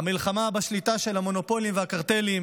המלחמה בשליטה של המונופולים והקרטלים,